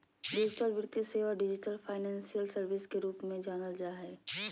digital वित्तीय सेवा, digital financial services के रूप में जानल जा हइ